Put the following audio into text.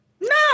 No